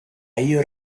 ello